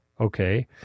Okay